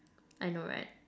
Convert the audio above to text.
I know right